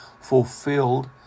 fulfilled